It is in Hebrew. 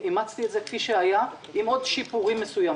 אימצתי את זה כפי שהיה, עם עוד שיפורים מסוימים.